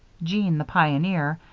jean, the pioneer,